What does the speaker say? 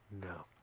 No